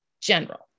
general